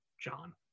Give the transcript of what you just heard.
John